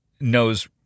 knows